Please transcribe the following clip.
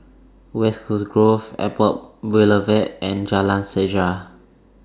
West Coast Grove Airport Boulevard and Jalan Sejarah